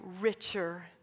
richer